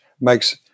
makes